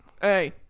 Hey